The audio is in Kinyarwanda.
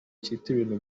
cyitiriwe